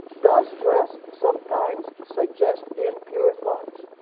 does dress sometimes suggest impure thoughts?